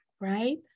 right